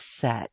set